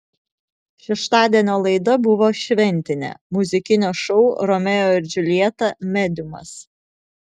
šeštadienio laida buvo šventinė muzikinio šou romeo ir džiuljeta mediumas